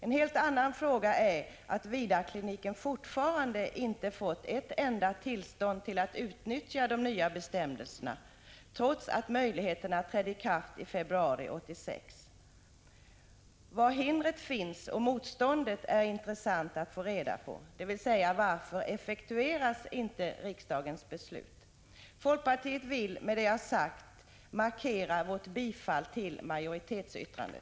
En helt annan sak är att Vidarkliniken fortfarande inte fått ett enda tillstånd att utnyttja de nya bestämmelserna, trots att möjligheten trädde i kraft i februari 1986. Var hindret och motståndet finns skulle vara intressant att få reda på. Dvs. varför effektueras inte riksdagens beslut? Folkpartiet vill med det jag har sagt markera sin uppslutning bakom majoritetsyttrandet.